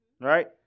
Right